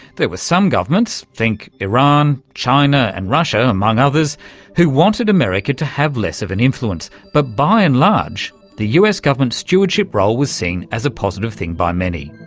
there were some governments think iran, china and russia, among others who wanted america to have less of an influence, but by and large the us government's stewardship role was seen as a positive thing by many.